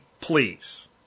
please